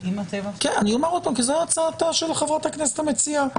כי זו הצעתה של חברת הכנסת המציעה.